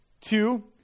Two